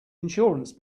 insurance